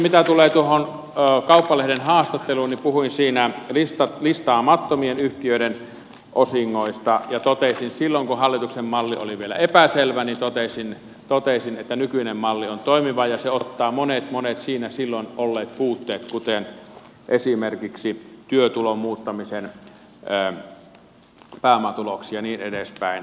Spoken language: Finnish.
mitä tulee tuohon kauppalehden haastatteluun niin puhuin siinä listaamattomien yhtiöiden osingoista ja totesin silloin kun hallituksen malli oli vielä epäselvä että nykyinen malli on toimiva ja se ottaa monet monet siinä silloin olleet puutteet huomioon kuten esimerkiksi työtulon muuttamisen pääomatuloksi ja niin edespäin